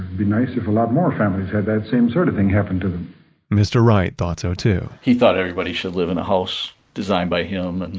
be nice if a lot more families had that same sort of thing happened mr. wright thought so too he thought everybody should live in a house designed by him and